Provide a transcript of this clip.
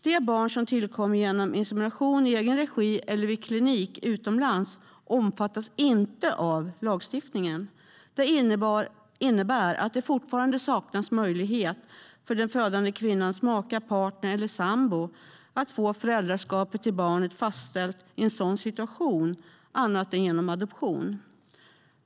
Det barn som tillkommer genom insemination i föräldrarnas egen regi eller vid klinik utomlands omfattas inte av lagstiftningen. Det innebär att det fortfarande saknas möjlighet för den födande kvinnans maka, partner eller sambo att få föräldraskapet till barnet fastställt i en sådan situation annat än genom adoption.